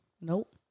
Nope